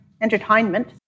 entertainment